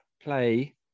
Play